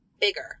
bigger